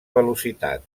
velocitat